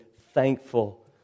thankful